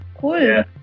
Cool